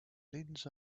leans